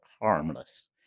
harmless